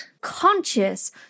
conscious